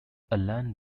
alan